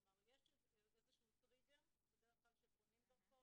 כלומר יש איזשהו טריגר בדרך כלל שפונים דרכו.